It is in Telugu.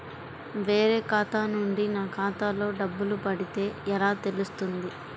వేరే ఖాతా నుండి నా ఖాతాలో డబ్బులు పడితే ఎలా తెలుస్తుంది?